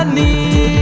um the